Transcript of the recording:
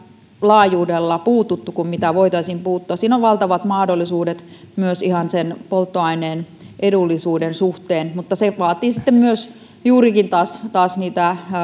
laajuudella puututtu kuin voitaisiin puuttua siinä on valtavat mahdollisuudet myös ihan sen polttoaineen edullisuuden suhteen mutta se vaatii sitten juurikin taas taas niitä